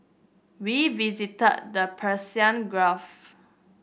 we visited the Persian Gulf